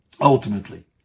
ultimately